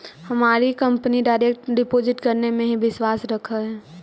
हमारी company direct deposit करने में ही विश्वास रखअ हई